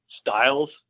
styles